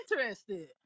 interested